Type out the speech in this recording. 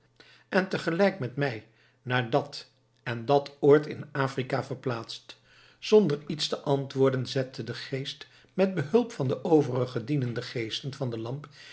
en tegelijk met mij naar dat en dat oord in afrika verplaatst zonder iets te antwoorden zette de geest met behulp van de overige dienende geesten van de lamp